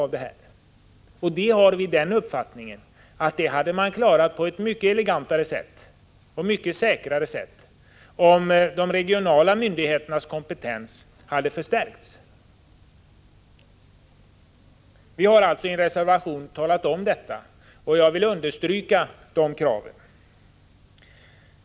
Vi är av den uppfattningen att detta hade klarats på ett mycket elegantare och säkrare sätt om de regionala myndigheternas kompetens hade förstärkts. Vi har alltså i en reservation talat om detta, och jag vill understryka dessa krav.